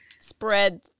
spread